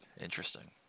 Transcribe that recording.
Interesting